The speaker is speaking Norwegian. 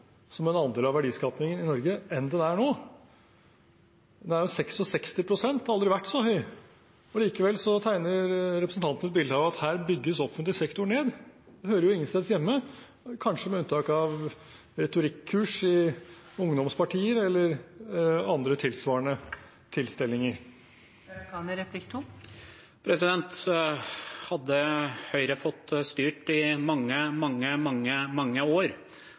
som andel av verdiskapingen i Norge enn den er nå. Den er på 66 pst., den har aldri vært så høy. Likevel tegner representanten et bilde av at her bygges offentlig sektor ned. Det hører jo ingensteds hjemme, kanskje med unntak av på retorikkurs i ungdomspartier eller andre, tilsvarende tilstelninger. Hadde Høyre fått styrt i mange, mange